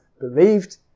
believed